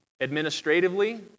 administratively